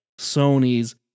Sony's